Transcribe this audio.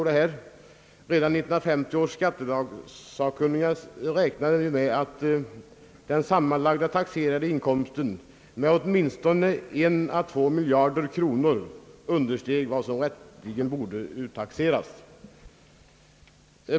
Redan 1950 års skattelagsakkunniga räknade ju med att den sammanlagda taxerade inkomsten med åtminstone en å två miljarder kronor understeg vad som rätteligen borde taxeras.